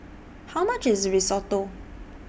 How much IS Risotto